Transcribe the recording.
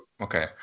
Okay